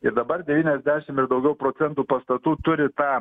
ir dabar devyniasdešim ir daugiau procentų pastatų turi tą